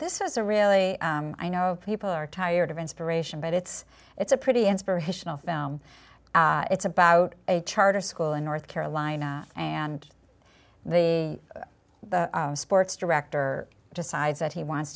this is a really i know people are tired of inspiration but it's it's a pretty inspirational film it's about a charter school in north carolina and the sports director decides that he wants